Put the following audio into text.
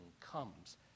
comes